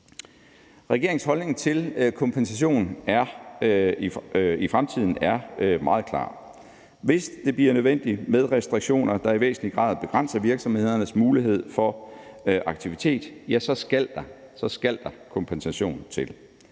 Regeringens holdning til kompensation i fremtiden er meget klar. Hvis det bliver nødvendigt med restriktioner, der i væsentlig grad begrænser virksomhedernes mulighed for aktivitet, skal der kompensation til.